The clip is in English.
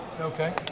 Okay